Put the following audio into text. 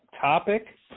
topic